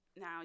now